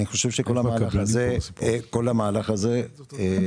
אני חושב שכל המהלך הזה ילחץ